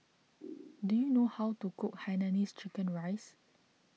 do you know how to cook Hainanese Chicken Rice